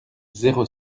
zéro